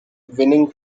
winning